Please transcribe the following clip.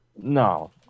No